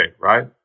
right